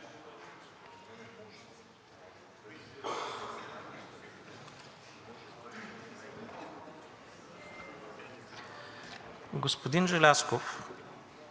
Господин Желязков,